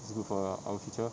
it's good for our future